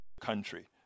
country